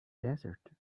desert